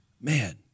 Man